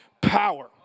power